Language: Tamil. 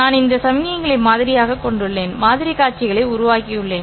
நான் இந்த சமிக்ஞைகளை மாதிரியாகக் கொண்டுள்ளேன் மாதிரி காட்சிகளை உருவாக்கியுள்ளேன்